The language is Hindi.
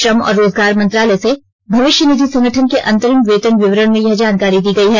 श्रम और रोजगार मंत्रालय से भविष्य निधि संगठन के अंतरिम वेतन विवरण में यह जानकारी दी गई है